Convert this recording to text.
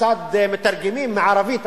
כיצד מתרגמים מערבית,